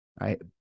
Right